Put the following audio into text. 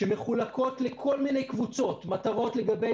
שמחולקות לכל מיני קבוצות: מטרות לגבי